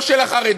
לא של החרדים,